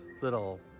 little